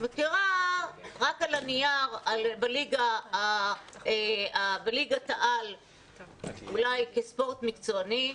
היא מכירה רק בליגת העל אולי כספורט מקצועני,